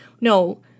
no